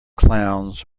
clowns